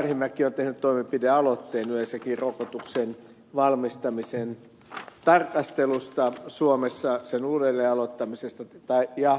arhinmäki on tehnyt toimenpidealoitteen yleensäkin rokotuksen valmistamisen tarkastelusta suomessa sen uudelleen aloittamisesta ja